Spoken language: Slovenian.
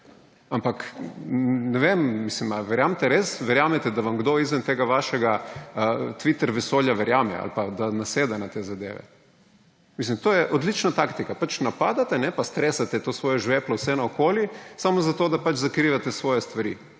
A verjamete, res verjamete, da vam kdo izven tega vašega Twitter vesolja verjame ali pa da naseda na te zadeve? To je odlična taktika. Napadate in stresate to svoje žveplo vse naokoli samo zato, da pač zakrivate svoje stvari.